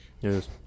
yes